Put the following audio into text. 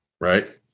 right